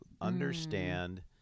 understand